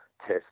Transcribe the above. test